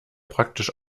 praktisch